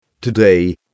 Today